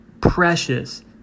precious